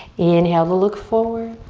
inhale to look forward,